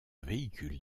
véhicule